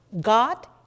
God